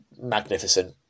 magnificent